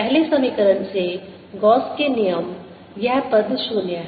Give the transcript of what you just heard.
पहले समीकरण से गॉस के नियम Gauss's law यह पद 0 है